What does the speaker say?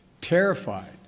terrified